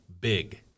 big